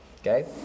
okay